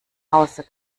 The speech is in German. hause